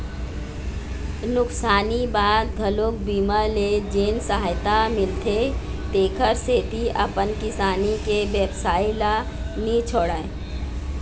नुकसानी बाद घलोक बीमा ले जेन सहायता मिलथे तेखर सेती अपन किसानी के बेवसाय ल नी छोड़य